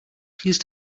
please